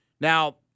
Now